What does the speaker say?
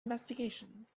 investigations